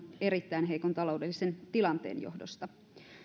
erittäin heikon taloudellisen tilanteen johdosta